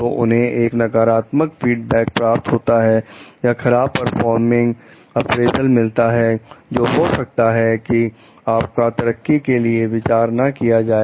तो उन्हें एक नकारात्मक फीडबैक प्राप्त होता है या खराब परफॉर्मेंस अप्रेजल मिलता है जो हो सकता है कि आपका तरक्की के लिए विचार ना किया जाए